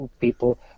people